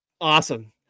Awesome